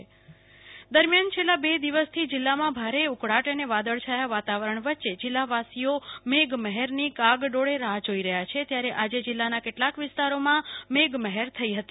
કલ્પના શાહ્ વરસાદ દરમિયાન છેલ્લા બે દિવસથી જીલ્લામાં ભારે ઉકળાટ અને વાદળ છાયા વાતાવરણ વચ્ચે જીલ્લા વાસીઓ મેઘ મહેરની કાગડોળે રાહ જોઈ રહ્યા છે ત્યારે આજે જીલ્લાના કેટલાક વિસ્તારોમાં મેઘમહેર થઇ હતી